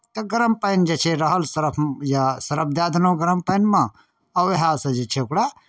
तऽ गरम पानि जे छै रहल सरफ या सरफ दए देलहुँ गरम पानिमे आओर उएहसँ जे छै ओकरा